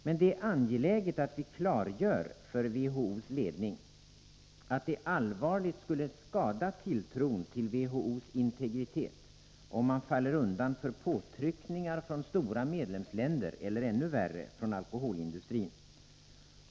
Men det är angeläget att vi klargör för WHO:s ledning att det allvarligt skulle skada tilltron till WHO:s integritet, om man faller undan för påtryckningar från stora medlemsländer eller — ännu värre — från alkoholindustrin.